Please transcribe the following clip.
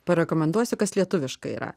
parekomenduosiu kas lietuviškai yra